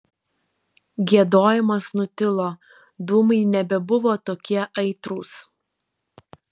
giedojimas nutilo dūmai nebebuvo tokie aitrūs